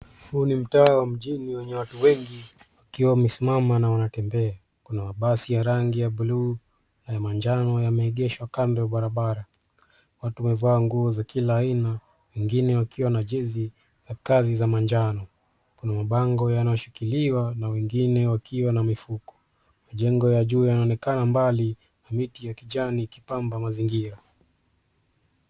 Huu ni mtaa wa mjini wenye watu wengi wakiwa wamesimama na wanatembea. Kuna mabasi ya rangi ya buluu na ya manjano yameegeshwa kando ya barabara. Watu wamevaa nguo za kila aina, wengine wakiwa na jezi za kazi za manjano. Kuna mabango yanayoshikiliwa na wengine wakiwa na mifuko. Majengo ya juu yanaonekana mbali na miti ya kijani ikipamba mazingira.